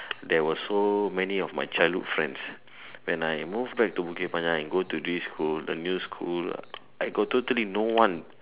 there was so many of my childhood friends when I moved back to Bukit-Panjang and go to this school the new school I got totally no one